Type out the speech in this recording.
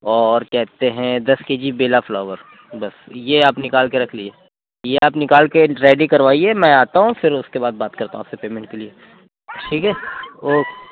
اور کہتے ہیں دس کے جی بیلا فلاور بس یہ آپ نکال کے رکھ لیجیے یہ آپ نکال کے ریڈی کروائیے میں آتا ہوں پھر اُس کے بعد بات کرتا ہوں آپ سے پیمنٹ کے لیے ٹھیک ہے اوکے